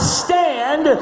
stand